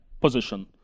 position